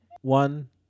One